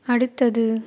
அடுத்தது